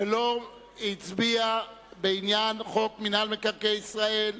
ולא הצביע בעניין חוק מינהל מקרקעי ישראל?